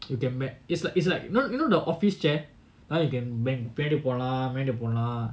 you can bet it's like it's like no you know the office chair that you can பின்னாடிபோலாம்முன்னாடிபோலாம்:pinnadi polam munnadi polam